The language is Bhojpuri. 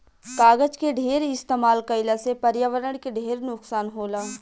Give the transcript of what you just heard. कागज के ढेर इस्तमाल कईला से पर्यावरण के ढेर नुकसान होला